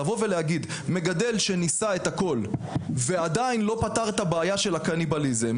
להגיד שמגדל שניסה את הכול ועדיין לא פתר את הבעיה של הקניבליזם,